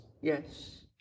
Yes